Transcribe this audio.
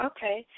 Okay